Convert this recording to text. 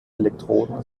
elektroden